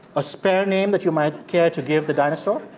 a spare name that you might care to give the dinosaur?